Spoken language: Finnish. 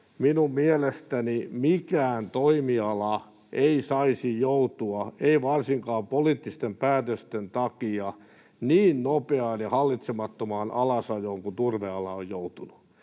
minun mielestäni mikään toimiala ei saisi joutua, ei varsinkaan poliittisten päätösten takia, niin nopeaan ja hallitsemattomaan alasajoon kuin turveala on joutunut.